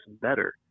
better